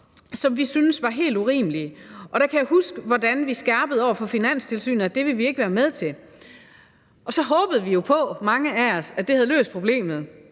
som vi syntes var helt urimelige. Der kan jeg huske, hvordan vi skærpede over for Finanstilsynet, at det ville vi ikke være med til. Så håbede mange af os jo på, at det havde løst problemet,